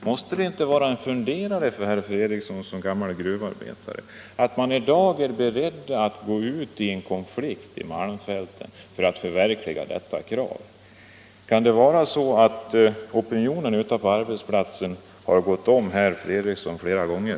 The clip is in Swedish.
Måste det inte vara en tankeställare för herr Fredriksson som gammal gruvarbetare att man i dag är beredd att gå ut i en konflikt på malmfälten för att förverkliga sina önskemål? Kan det vara så, att opinionen ute på arbetsplatsen har gått om herr Fredriksson flera gånger?